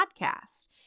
podcast